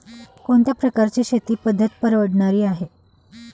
कोणत्या प्रकारची शेती पद्धत परवडणारी आहे?